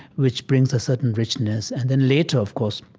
which brings a certain richness and then later, of course,